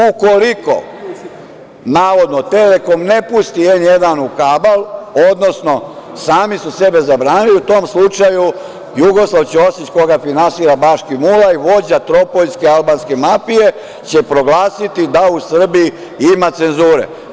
Ukoliko navodno „Telekom“ ne pusti N1 u kabal, odnosno sami su sebe zabranili, u tom slučaju Jugoslav Ćosić, koga finansira Baškim Uljaj, vođa tropojske albanske mafije, će proglasiti da u Srbiji ima cenzure.